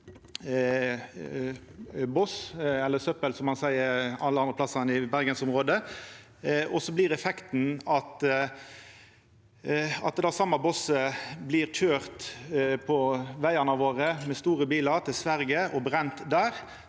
eller søppel, som ein seier alle andre plassar enn i Bergens-området – og så blir effekten at det same bosset blir køyrt på vegane våre med store bilar til Sverige og brunne der,